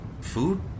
food